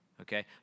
okay